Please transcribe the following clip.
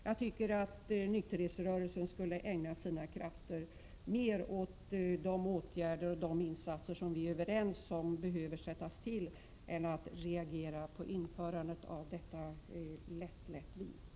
Jag tycker således att nykterhetsrörelsen borde ägna sig åt att försöka åstadkomma de åtgärder och insatser som vi är överens om behövs, i stället för att reagera på införandet av lättlättvinet.